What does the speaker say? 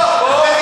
שבאת?